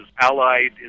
allied